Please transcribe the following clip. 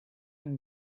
and